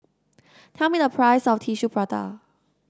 tell me the price of Tissue Prata